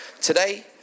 Today